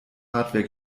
hardware